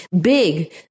big